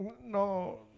No